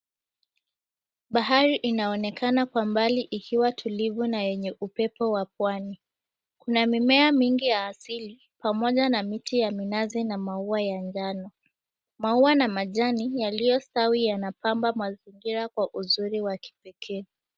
Bahari inaonekana kwa mbali ikiwa tulivu na yenye upepo wa pwani. Kuna mimea mingi ya asili, pamoja na miti ya minazi na maua ya njano. Maua na majani yaliyostawi yanapamba mazingira kwa uzuri wa kipekee.